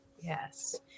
Yes